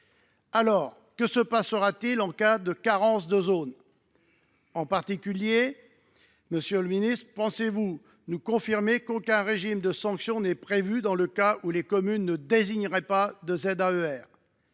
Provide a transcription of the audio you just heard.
Que se passera t il en cas de carence de zones ? En particulier, monsieur le ministre, pouvez vous nous confirmer qu’aucun régime de sanction n’est prévu dans le cas où les communes ne désigneraient pas de ZAER ?